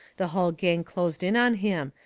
the hull gang closed in on him,